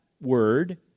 word